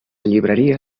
llibreria